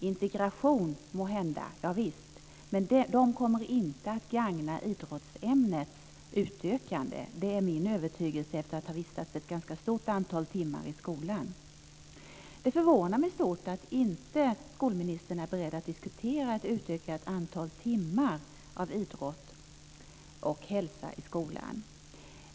Integration måhända, men det kommer inte att gagna en utökning av idrottsämnet. Det är min övertygelse efter att ha vistats ett ganska stort antal timmar i skolan. Det förvånar mig svårt att inte skolministern är beredd att diskutera ett utökat antal timmar med idrott och hälsa i skolan.